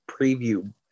preview